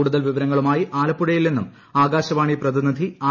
കൂടുതൽ വിവരങ്ങളുമായി ആലപ്പുഴയിൽ നിന്നും ആകാശവാണി പ്രതിനിധി ആർ